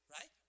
Right